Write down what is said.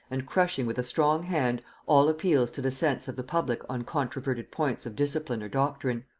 and crushing with a strong hand all appeals to the sense of the public on controverted points of discipline or doctrine.